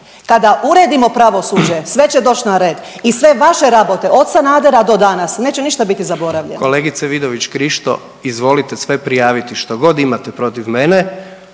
Kada uredimo pravosuđe sve će doć na red i sve vaše rabote od Sanadera do danas neće ništa biti zaboravljeno. **Jandroković, Gordan (HDZ)** Kolegice Vidović Krišto izvolite sve prijaviti što god imate protiv mene,